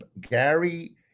Gary